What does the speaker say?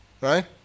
right